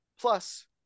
Plus